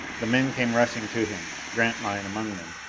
the men came rushing to him, grantline among them.